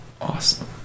awesome